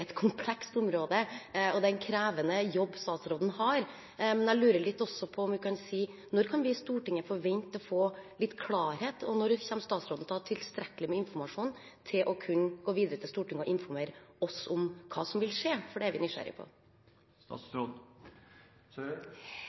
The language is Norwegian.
krevende jobb statsråden har. Jeg lurer også litt på om hun kan si når vi i Stortinget kan forvente å få litt klarhet i det, og når hun kommer til å ha tilstrekkelig med informasjon til å kunne gå videre til Stortinget og informere om hva som vil skje, for det er vi nysgjerrig på.